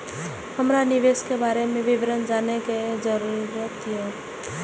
हमरा निवेश के बारे में विवरण जानय के जरुरत ये?